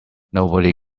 nobody